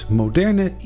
moderne